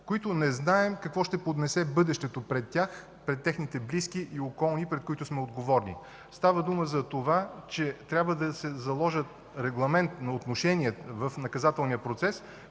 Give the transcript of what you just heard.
които не знаем какво ще поднесе бъдещето пред тях, пред техните близки и околни, пред които сме отговорни. Става дума, че трябва да се заложат регламенти на отношенията в наказателния процес,